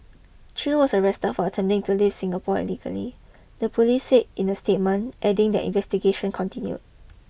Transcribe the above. Chew was arrested for attempting to leave Singapore illegally the police said in a statement adding that investigation continued